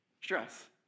stress